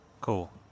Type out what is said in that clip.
Cool